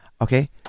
Okay